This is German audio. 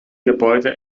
gebäude